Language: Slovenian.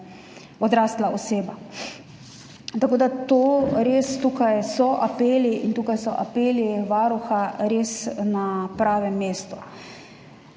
odrasla oseba. Tako da tukaj so apeli in tukaj so apeli Varuha res na pravem mestu.